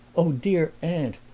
oh, dear aunt,